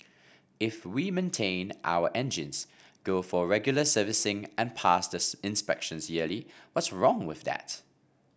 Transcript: if we maintain our engines go for regular servicing and pass the inspections yearly what's wrong with that